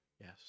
Yes